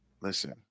Listen